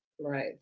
Right